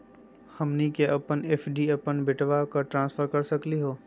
हमनी के अपन एफ.डी अपन बेटवा क ट्रांसफर कर सकली हो?